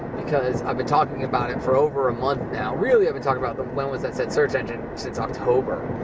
because i've been talking about it for over a month now. really, i've been talking about the when was that said search engine since october.